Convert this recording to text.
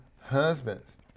husbands